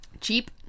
cheap